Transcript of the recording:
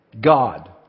God